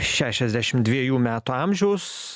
šešiasdešim dviejų metų amžiaus